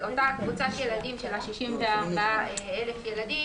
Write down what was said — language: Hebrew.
אותה קבוצה של 64,000 ילדים.